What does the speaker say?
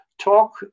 talk